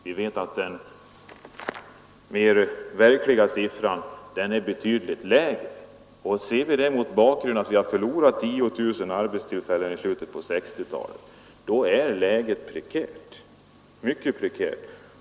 Vi vet att den verkliga siffran är betydligt lägre än den nämnda, och ser vi den mot bakgrund att vi förlorat 10 000 arbetstillfällen i slutet av 1960-talet finner vi att läget är mycket prekärt.